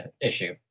issue